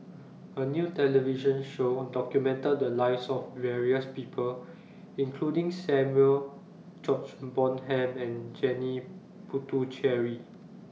A New television Show documented The Lives of various People including Samuel George Bonham and Janil Puthucheary